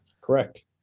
correct